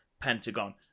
Pentagon